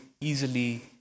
easily